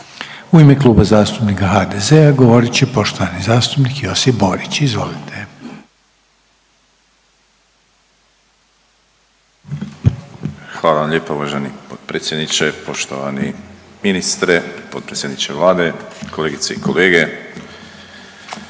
U ime Kluba zastupnika HDZ-a govorit će poštovani zastupnik Josip Borić. Izvolite. **Borić, Josip (HDZ)** Hvala vam lijepa uvaženi potpredsjedniče, poštovani ministre, potpredsjedniče Vlade, kolegice i kolege.